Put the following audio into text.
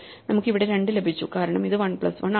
നമുക്ക് ഇവിടെ 2 ലഭിച്ചു കാരണം ഇത് 1 പ്ലസ് 1 ആണ്